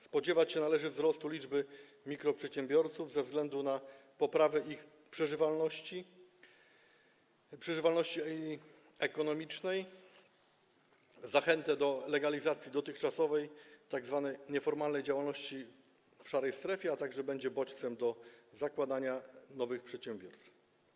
Spodziewać się należy wzrostu liczby mikroprzedsiębiorców ze względu na poprawę ich przeżywalności ekonomicznej, zachętę do legalizacji dotychczasowej tzw. nieformalnej działalności w szarej strefie, a także bodziec do zakładania nowych przedsiębiorstw.